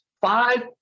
five